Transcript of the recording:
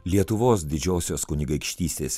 lietuvos didžiosios kunigaikštystės